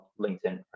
LinkedIn